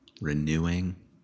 Renewing